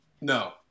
no